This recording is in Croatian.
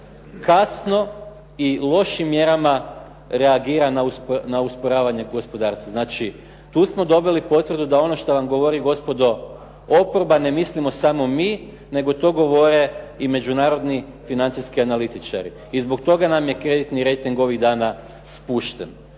kasno i lošim mjerama reagira na usporavanje gospodarstva. Znači, tu smo dobili potvrdu da ono što vam govori gospodo oporba ne mislimo samo mi nego to govore i međunarodni financijski analitičari i zbog toga nam je kreditni rejting ovih dana spušten.